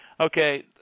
Okay